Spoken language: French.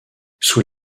sous